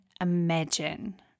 imagine